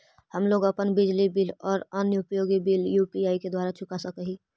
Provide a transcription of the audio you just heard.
हम लोग अपन बिजली बिल और अन्य उपयोगि बिल यू.पी.आई द्वारा चुका सक ही